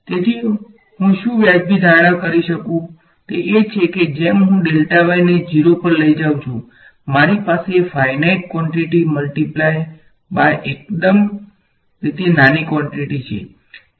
તેથી હું શું વ્યાજબી ધારણા કરી શકું તે એ છે કે જેમ હું ને 0 પર લઈ જાઉ છું મારી પાસે ફાઈનાઈટ ક્વોંટીટી મ્લ્ટીપ્લાય બાય એકદમ રીતે નાની ક્વોંટીટી છે